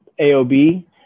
AOB